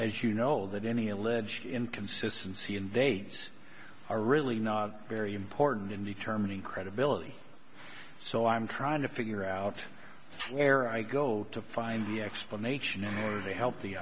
as you know that any alleged inconsistency in dates are really not very important in determining credibility so i'm trying to figure out where i go to find the explanation